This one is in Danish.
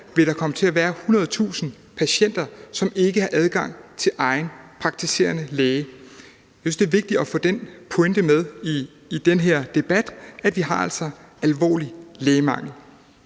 Sjælland komme til at være 100.000 patienter, som ikke har adgang til egen praktiserende læge. Jeg synes, det er vigtigt at få den pointe med i den her debat, at vi altså har alvorlig lægemangel.